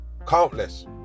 Countless